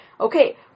Okay